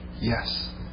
Yes